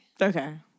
Okay